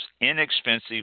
Inexpensive